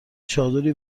چادری